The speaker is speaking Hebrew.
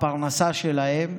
הפרנסה שלהם.